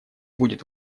будет